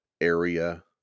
area